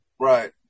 Right